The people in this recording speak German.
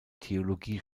theologie